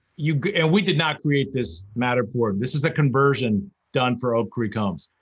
yeah and we did not create this matterport, this is a conversion done for oak creek homes.